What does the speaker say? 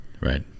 Right